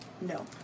No